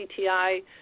CTI